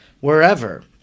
wherever